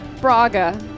Braga